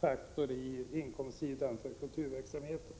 faktor på inkomstsidan inom kulturverksamheten.